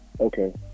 okay